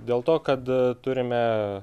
dėl to kad turime